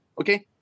Okay